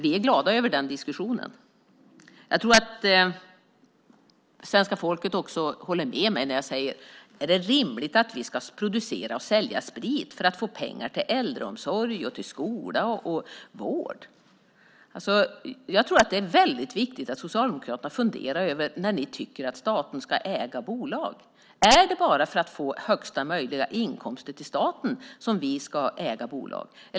Vi är glada över den diskussionen. Jag tror också att svenska folket håller med mig när jag undrar om det är rimligt att vi ska producera och sälja sprit för att få pengar till äldreomsorg, skola och vård. Det är väldigt viktigt att Socialdemokraterna funderar över när statens ska äga bolag. Är det bara för att få högsta möjliga inkomster till staten som vi ska äga bolag?